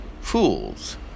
Fools